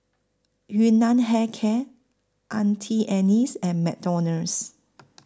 Yun Nam Hair Care Auntie Anne's and McDonald's